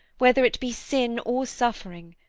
whether it be sin or suffering.